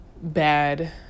Bad